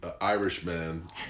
Irishman